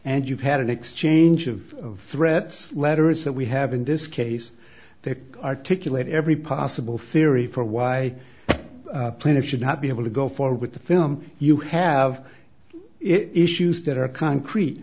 and you've had an exchange of threat letters that we have in this case that articulate every possible theory for why plaintiff should not be able to go forward with the film you have if shoes that are concrete